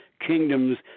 kingdoms